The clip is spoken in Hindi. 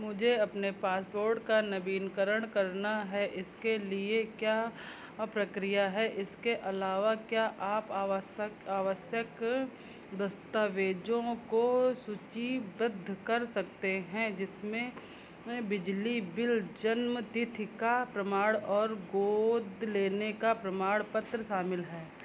मुझे अपने पासपोर्ट का नवीनकरण करना है इसके लिए क्या प्रक्रिया है इसके अलावा क्या आप आवश्यक आवश्यक दस्तावेज़ों को सूचीबद्ध कर सकते हैं जिसमें बिजली बिल जन्मतिथि का प्रमाण और गोद लेने का प्रमाण पत्र शामिल हैं